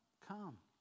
come